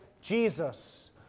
Jesus